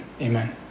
amen